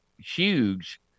huge